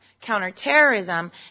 counterterrorism